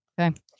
okay